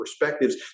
perspectives